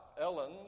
Ellen